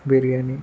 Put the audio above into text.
biryani